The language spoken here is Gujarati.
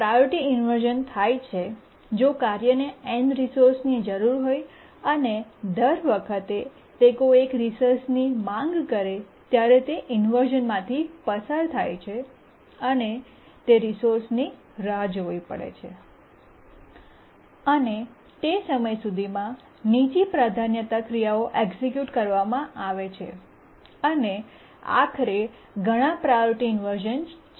પ્રાયોરિટી ઇન્વર્શ઼ન થાય છે જો કાર્યને n રિસોર્સની જરૂર હોય અને દર વખતે તે કોઈ એક રિસોર્સની માંગ કરે ત્યારે તે ઇન્વર્શ઼ન માંથી પસાર થાય છે અને તે રિસોર્સની રાહ જોવી પડે છે અને તે સમય સુધીમાં નીચી પ્રાધાન્યતા ક્રિયાઓ એક્સિક્યૂટ કરવામાં આવે છે અને આખરે ઘણા પ્રાયોરિટી ઇન્વર્શ઼ન છે